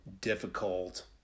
difficult